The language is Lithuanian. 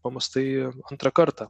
pamąstai antrą kartą